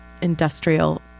industrial